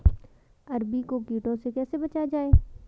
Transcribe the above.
अरबी को कीटों से कैसे बचाया जाए?